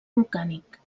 volcànic